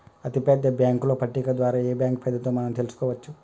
అతిపెద్ద బ్యేంకుల పట్టిక ద్వారా ఏ బ్యాంక్ పెద్దదో మనం తెలుసుకోవచ్చు